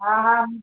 हा हा